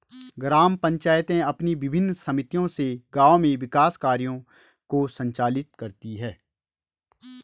ग्राम पंचायतें अपनी विभिन्न समितियों से गाँव में विकास कार्यों को संचालित करती हैं